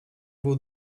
był